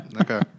Okay